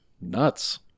nuts